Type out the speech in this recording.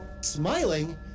smiling